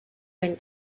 ben